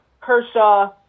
Kershaw